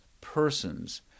persons